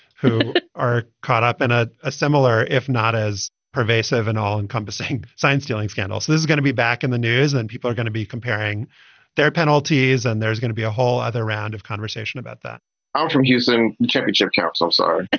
who are caught up in a a similar, if not as pervasive and all encompassing science dealing scandals. there's going to be back in the news and people are going to be comparing their penalties and there's going to be a whole other round of conversation about that and um from using temperature caps i'm sorry